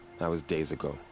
that was days ago.